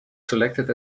selected